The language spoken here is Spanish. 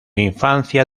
infancia